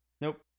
nope